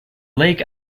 lake